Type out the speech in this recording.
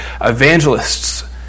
evangelists